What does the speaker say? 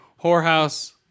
whorehouse